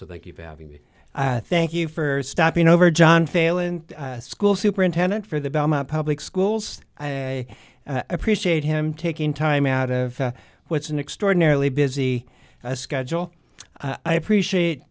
so they keep having me thank you for stopping over john failand school superintendent for the belmont public schools appreciate him taking time out of what's an extraordinarily busy schedule i appreciate